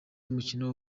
umukino